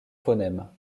phonèmes